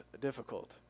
difficult